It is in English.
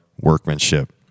workmanship